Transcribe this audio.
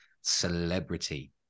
celebrity